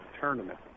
tournament